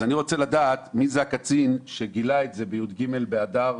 אז אני רוצה לדעת מי זה הקצין שגילה את זה בי"ג באדר,